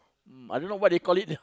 mm I don't know what they call it